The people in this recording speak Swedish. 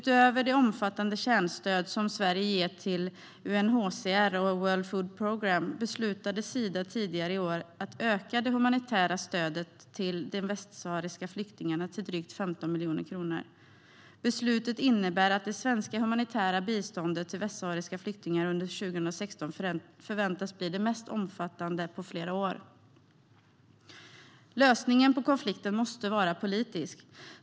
Utöver det omfattande kärnstöd som Sverige ger till UNHCR och World Food Programme beslutade Sida tidigare i år att öka det humanitära stödet till de västsahariska flyktingarna till drygt 15 miljoner kronor. Beslutet innebär att det svenska humanitära biståndet till västsahariska flyktingar under 2016 förväntas bli det mest omfattande på flera år. Lösningen på konflikten måste vara politisk.